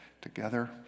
together